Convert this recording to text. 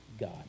God